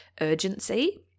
urgency